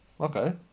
Okay